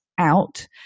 out